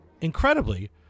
Incredibly